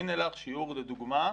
והנה לך שיעור לדוגמה.